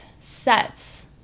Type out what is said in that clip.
sets